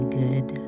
good